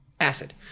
acid